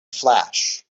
flash